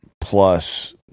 plus